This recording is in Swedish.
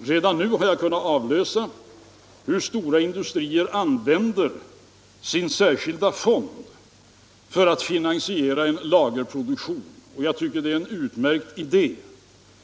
Redan nu har jag kunnat avläsa hur stora industrier använder sin särskilda fond för att finansiera en lagerproduktion, och jag tycker det är en utmärkt idé.